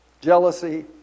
jealousy